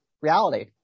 reality